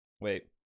wait